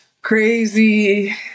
crazy